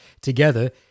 together